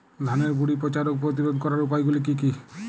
ধানের গুড়ি পচা রোগ প্রতিরোধ করার উপায়গুলি কি কি?